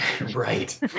right